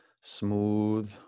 smooth